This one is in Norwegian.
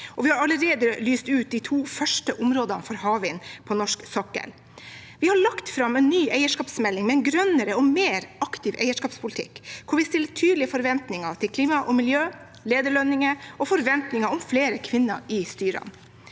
Vi har allerede lyst ut de to første områdene for havvind på norsk sokkel. Vi har lagt fram en ny eierskapsmelding med en grønnere og mer aktiv eierskapspolitikk, hvor vi stiller tydelige forventninger til klima og miljø, lederlønninger og flere kvinner i styrene.